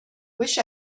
wish